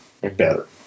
better